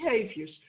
behaviors